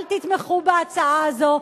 אל תתמכו בהצעה הזו.